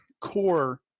core